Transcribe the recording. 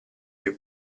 più